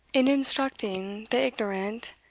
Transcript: in instructing the ignorant,